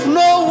no